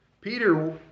Peter